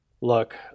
Look